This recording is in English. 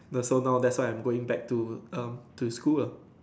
but so now that's why I'm going back to um to school ah